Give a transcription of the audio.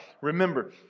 remember